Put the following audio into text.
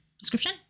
description